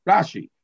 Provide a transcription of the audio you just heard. Rashi